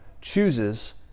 chooses